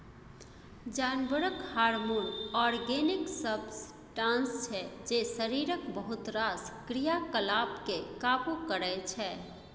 जानबरक hormone organic substance छै जे शरीरक बहुत रास क्रियाकलाप केँ काबु करय छै